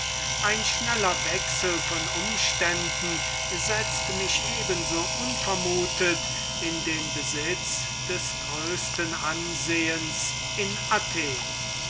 ein schneller wechsel von umständen setzt mich eben so unvermutet in den besitz des größten ansehens in athen